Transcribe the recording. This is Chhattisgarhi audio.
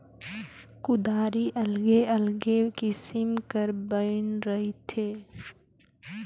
कुदारी अलगे अलगे किसिम कर बइन रहथे